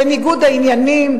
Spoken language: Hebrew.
בניגוד העניינים,